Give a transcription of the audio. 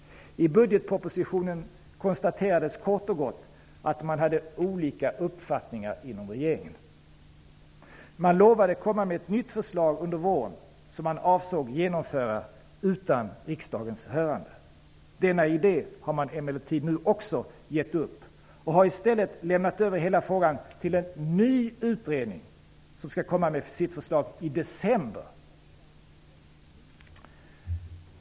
I budgetpropositionen konstaterades kort och gott att man hade olika uppfattningar inom regeringen. Man lovade att komma med ett nytt förslag under våren som man avsåg att genomföra utan riksdagens hörande. Denna idé har man emellertid också gett upp och har i stället lämnat över hela frågan till en ny utredning, som skall komma med sitt förslag i december.